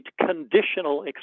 Conditional